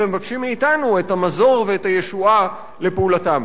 ומבקשים מאתנו את המזור ואת הישועה לפעולתם.